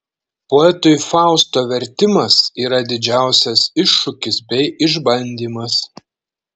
poetui fausto vertimas yra didžiausias iššūkis bei išbandymas